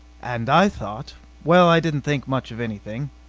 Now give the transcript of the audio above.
and i thought well, i didn't think much of anything,